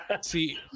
See